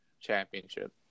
championship